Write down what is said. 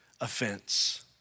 offense